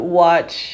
watch